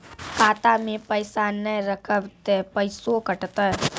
खाता मे पैसा ने रखब ते पैसों कटते?